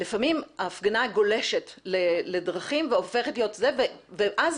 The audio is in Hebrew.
לפעמים ההפגנה גולשת לדרכים והופכת להיות זה ואז